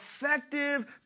effective